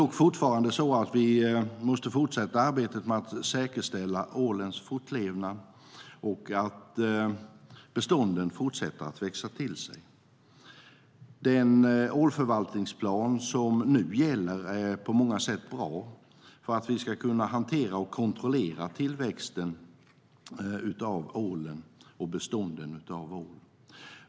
Vi måste dock fortsätta arbetet med att säkerställa ålens fortlevnad, så att bestånden fortsätter att växa till sig. Den ålförvaltningsplan som nu gäller är på många sätt bra för att vi ska kunna hantera och kontrollera tillväxten av ålbestånden.